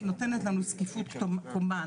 נותנת לנו זקיפות קומה,